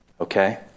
Okay